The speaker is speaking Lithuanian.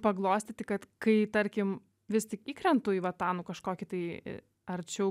paglostyti kad kai tarkim vis tik įkrentu į va tą nu kažkokį tai arčiau